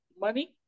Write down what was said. money